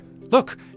Look